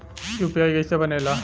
UPI कईसे बनेला?